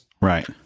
Right